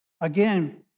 Again